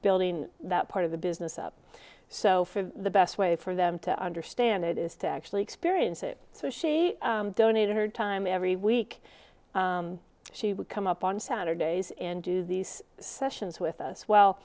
building that part of the business up so for the best way for them to understand it is to actually experience it so she donated her time every week she would come up on saturdays and do these sessions with us well